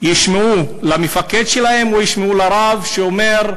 ישמעו למפקד שלהם או ישמעו לרב שאומר: